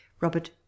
Robert